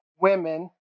women